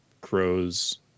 crows